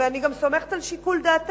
ואני גם סומכת על שיקול דעתה,